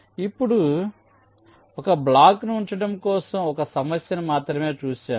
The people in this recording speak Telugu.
ఇప్పుడు కాబట్టి ఒక బ్లాక్ను ఉంచడం కోసం ఉప సమస్యను మాత్రమే చూశాము